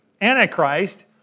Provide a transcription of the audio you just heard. Antichrist